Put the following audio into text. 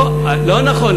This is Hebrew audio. אותו שואל, לא נכון.